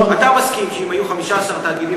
אתה מסכים שאם היו 15 תאגידים,